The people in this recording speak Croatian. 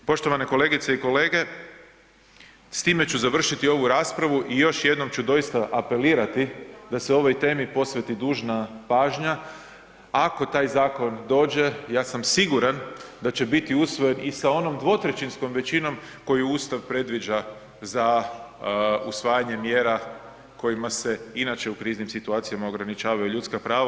Poštovane kolegice i kolege, s time ću završiti ovu raspravu i još jednom ću doista apelirati da se ovoj temi posveti dužna pažnja, ako taj zakon dođe ja sam siguran da će biti usvojen i sa onom dvotrećinskom većinom koju Ustav predviđa za usvajanje mjera kojima se inače u kriznim situacijama ograničavaju ljudska prava.